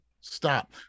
stop